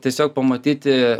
tiesiog pamatyti